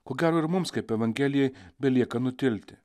ko gero ir mums kaip evangelijoj belieka nutilti